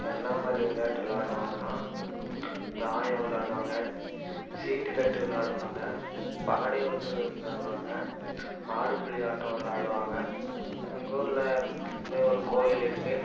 என்னமாதிரி விளையாட்டு விளையாடுவாங்கனால் தாயம் விளையாடுவாங்க சீட்டுக்கட்டு விளையாடுவாங்க பகடை உருட்டுதல் விளையாடுவாங்க ஆடு புலி ஆட்டம் விளையாடுவாங்க எங்கள் ஊரில் இந்த ஒரு கோவில் இருக்குது